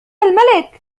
الملك